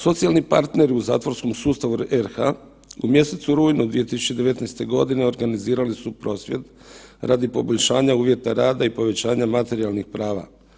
Socijalni partneri u zatvorskom sustavu u RH u mjesecu rujnu 2019.g. organizirali su prosvjed radi poboljšanja uvjeta rada i povećanja materijalnih prava.